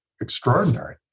extraordinary